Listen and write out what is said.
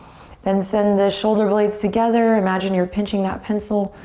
then send the shoulder blades together. imagine you're pinching that pencil.